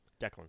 Declan